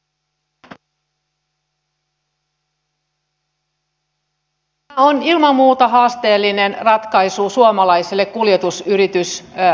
tämä on ilman muuta haasteellinen ratkaisu suomalaiselle kuljetusyritysalalle